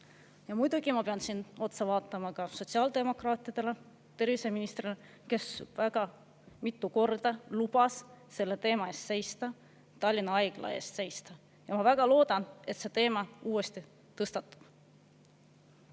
Muidugi ma pean siin otsa vaatama ka sotsiaaldemokraatidele, terviseministrile, kes väga mitu korda on lubanud selle teema eest seista, Tallinna Haigla eest seista. Ma väga loodan, et see teema uuesti tõstatub.